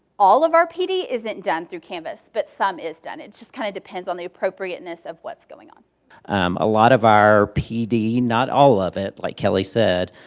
all of our pd isn't done through canvas, but some is done. it just kind of depends on the appropriateness of what's going on. larry um a lot of our pd, not all of it like kelly said,